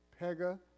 Pega